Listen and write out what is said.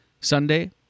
Sunday